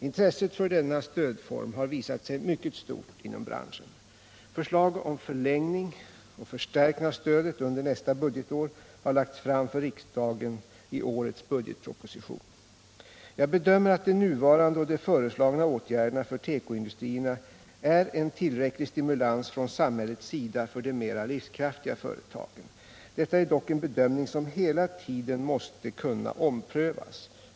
Intresset för denna stödform har visat sig mycket stort inom branschen. Förslag om förlängning och förstärkning av stödet under nästa budgetår har lagts fram för riksdagen i årets budgetproposition. Jag bedömer att de nuvarande och de föreslagna åtgärderna för tekoindustrierna är en tillräcklig stimulans från samhällets sida för de mer livskraftiga företagen. Detta är dock en bedömning som hela tiden måste kunna omprövas.